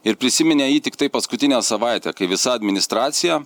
ir prisiminė jį tiktai paskutinę savaitę kai visa administracija